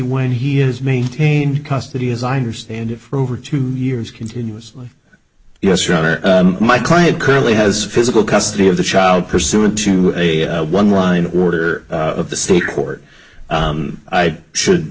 when he has maintained custody as i understand it for over two years continuously yes your honor my client currently has physical custody of the child pursuant to a one line order of the state court i should